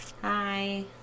Hi